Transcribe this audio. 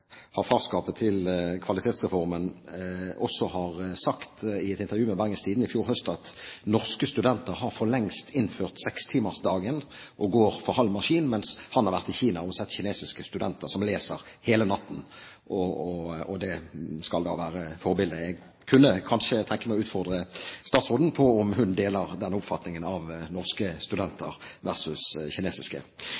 farskapet til Kvalitetsreformen, også sa i et intervju med Bergens Tidende i fjor høst at norske studenter for lengst har innført sekstimersdagen og går for halv maskin, mens han har vært i Kina og sett kinesiske studenter som leser hele natten, og det skal da være forbilledlig. Jeg kunne kanskje tenkt meg å utfordre statsråden på om hun deler den oppfatningen av norske